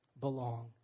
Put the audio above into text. belong